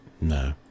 no